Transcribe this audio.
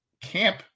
camp